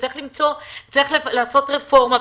וצריך לעשות רפורמה,